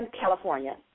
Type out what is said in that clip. California